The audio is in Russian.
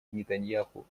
нетаньяху